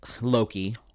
Loki